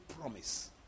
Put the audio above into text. promise